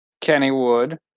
Kennywood